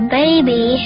baby